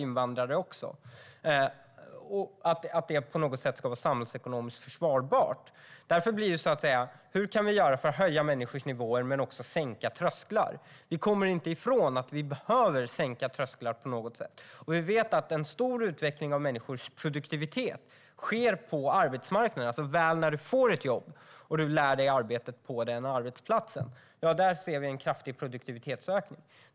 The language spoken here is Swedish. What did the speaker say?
Invandrare går ju också i pension. Jag tror inte att detta är samhällsekonomiskt försvarbart. Därför blir frågan: Hur kan vi göra för att höja människors nivåer men också sänka trösklar? Vi kommer inte ifrån att vi behöver sänka trösklar på något sätt. Vi vet att en stor utveckling av människors produktivitet sker på arbetsmarknaden, det vill säga när man väl får ett jobb och lär sig arbetet på arbetsplatsen. Där ser vi en kraftig produktivitetsökning.